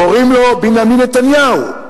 קוראים לו בנימין נתניהו.